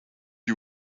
you